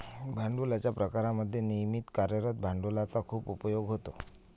भांडवलाच्या प्रकारांमध्ये नियमित कार्यरत भांडवलाचा खूप उपयोग होतो